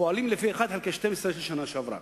פועלים לפי 1 חלקי 12 של השנה שעברה,